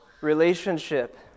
relationship